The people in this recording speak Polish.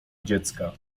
dziecka